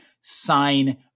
sign